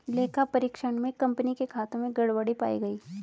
लेखा परीक्षण में कंपनी के खातों में गड़बड़ी पाई गई